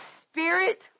Spirit